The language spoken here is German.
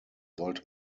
sollte